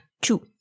Two